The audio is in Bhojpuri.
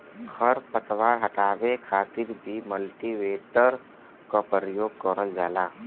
खर पतवार हटावे खातिर भी कल्टीवेटर क परियोग करल जाला